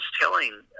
telling